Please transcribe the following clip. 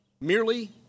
Merely